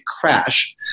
crash